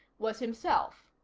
was himself.